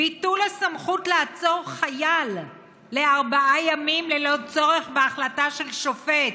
ביטול הסמכות לעצור חייל לארבעה ימים ללא צורך בהחלטה של שופט,